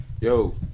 Yo